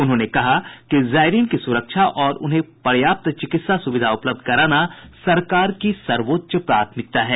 उन्होंने कहा कि जायरीन की सुरक्षा और उन्हें पर्याप्त चिकित्सा सुविधा उपलब्ध कराना सरकार की सर्वोच्च प्राथमिकता है